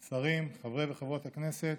שרים, חברי וחברות הכנסת,